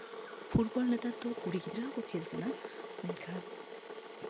football ᱱᱮᱛᱟᱨ ᱫᱚ ᱠᱩᱲᱤ ᱜᱤᱫᱽᱨᱟᱹ ᱦᱚᱸᱠᱚ ᱠᱷᱮ ᱠᱟᱱᱟ ᱢᱮᱱᱠᱷᱟᱱ